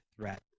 threat